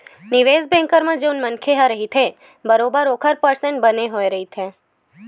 निवेस बेंकर म जउन मनखे ह रहिथे बरोबर ओखर परसेंट बने होय रहिथे